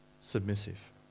submissive